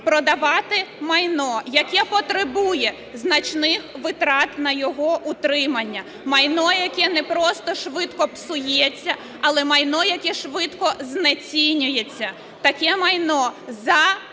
продавати майно, яке потребує значних витрат на його утримання. Майно, яке не просто швидко псується, але майно, яке швидко знецінюється, таке майно за